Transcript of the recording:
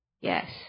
Yes